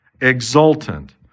exultant